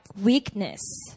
weakness